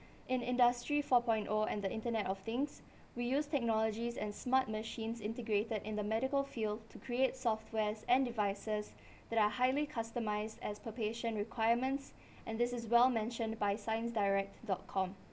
in industry four point o and the internet of things we use technologies and smart machines integrated in the medical field to create software and devices that are highly customised as per patient requirements and this is well mentioned by science direct dot com